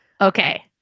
Okay